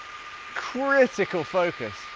critical focus.